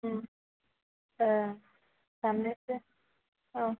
ओम ओं दान्नैसो औ